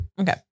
Okay